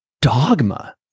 dogma